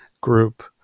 group